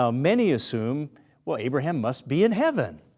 um many assume well, abraham must be in heaven.